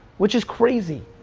which is crazy,